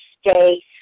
stay